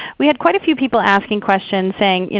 we had quite a few people asking questions saying,